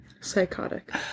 psychotic